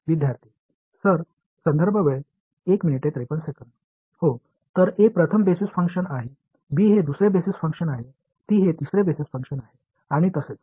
हो तर a प्रथम बेसिस फंक्शन आहे b हे दुसरे बेसिस फंक्शन आहे c हे तिसरे बेसिस फंक्शन आहे आणि तसेच